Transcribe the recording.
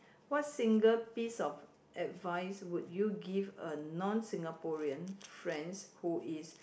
what single piece of advice would you give a non Singaporean friends who is